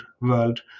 world